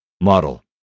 Model